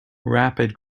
rapid